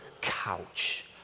couch